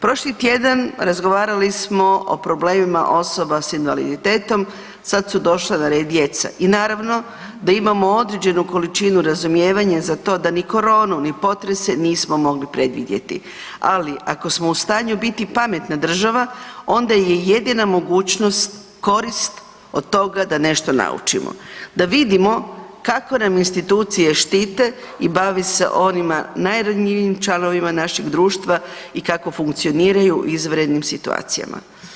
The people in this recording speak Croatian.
Prošli tjedan razgovarali smo o problemima osoba s invaliditetom sad su došla na red djeca i naravno da imamo određenu količinu razumijevanja za to da ni koronu, ni potrese nismo mogli predvidjeti, ali ako smo u stanju biti pametna država onda je jedina mogućnost korist od toga da nešto naučimo, da vidimo kako nam institucije štite i bave se onima najranjivijim članovima našeg društva i kako funkcioniraju u izvanrednim situacijama.